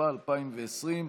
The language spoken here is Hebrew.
התשפ"א 2020,